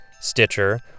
Stitcher